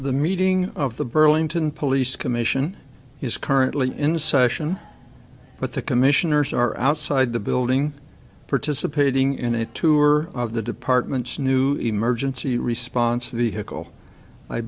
the meeting of the burlington police commission is currently in session but the commissioners are outside the building participating in a tour of the department's new emergency response a vehicle i